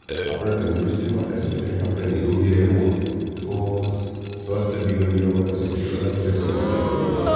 આપણે તંદુરસ્તી માટે શું છે કે આપણે નીરોગી રહેવું હોય તો સ્વસ્થ જીવન જીવવા માટે સૌથી પહેલાં શું છે સ્વચ્છતા જરૂરી છે